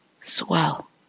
Swell